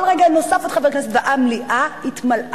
כל רגע נוסף עוד חבר כנסת והמליאה התמלאה,